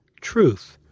truth